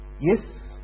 Yes